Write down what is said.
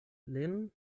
lin